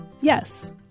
yes